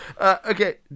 okay